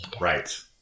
Right